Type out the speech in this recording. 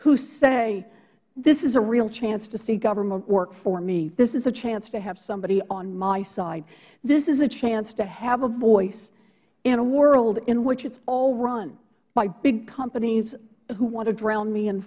who say this is a real chance to see government work for me this is chance to have somebody on my side this is a chance to have a voice in a world in which it is all run by big companies who want to drown me